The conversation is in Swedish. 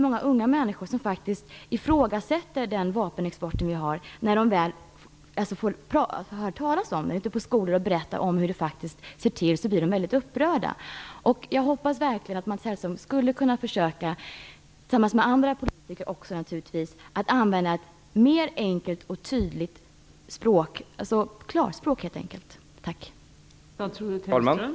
Många unga människor ifrågasätter faktiskt vår vapenexport när de väl får höra talas om den. När man ute i skolorna berättar hur det går till blir de väldigt upprörda. Jag hoppas verkligen att Mats Hellström, naturligtvis tillsammans med också andra politiker, skulle kunna försöka använda ett enklare och tydligare språk, helt enkelt ett klarspråk.